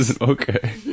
Okay